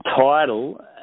title